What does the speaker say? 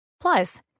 Plus